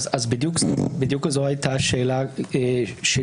בדיוק זאת הייתה השאלה שלי.